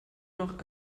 noch